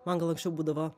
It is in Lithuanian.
man gal anksčiau būdavo